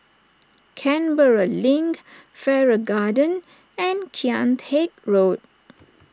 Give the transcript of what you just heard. Canberra Link Farrer Garden and Kian Teck Road